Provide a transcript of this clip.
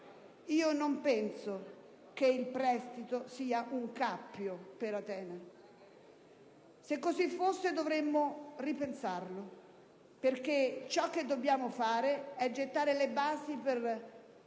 Io non penso che il prestito sia un cappio per Atene. Se così fosse, dovremmo ripensarlo, perché ciò che dobbiamo fare è gettare le basi per